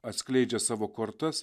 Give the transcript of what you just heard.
atskleidžia savo kortas